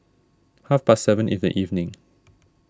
half past seven in the evening